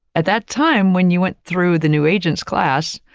at that time, when you went through the new agents class,